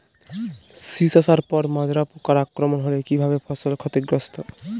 শীষ আসার পর মাজরা পোকার আক্রমণ হলে কী ভাবে ফসল ক্ষতিগ্রস্ত?